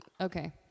Okay